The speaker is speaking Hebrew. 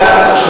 העלאת התעריף.